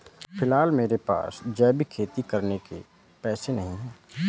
फिलहाल मेरे पास जैविक खेती करने के पैसे नहीं हैं